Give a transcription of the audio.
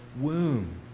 womb